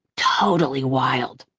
totally wild.